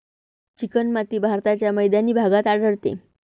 चिकणमाती भारताच्या मैदानी भागात आढळते